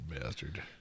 bastard